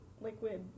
liquid